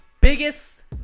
Biggest